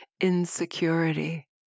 insecurity